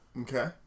Okay